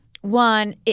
One